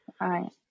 right